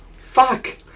Fuck